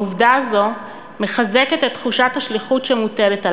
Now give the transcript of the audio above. העובדה הזו מחזקת את תחושת השליחות שמוטלת עלי,